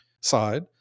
side